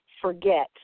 forget